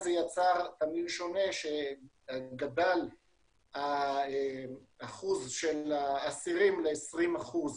אז זה יצא תמהיל שונה שגדל האחוז של האסירים ל-20%.